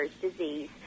disease